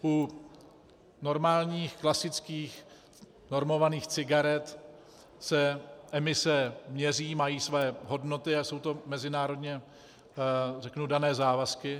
U normálních klasických normovaných cigaret se emise měří, mají své hodnoty a jsou to mezinárodně dané závazky.